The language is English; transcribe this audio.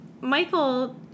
Michael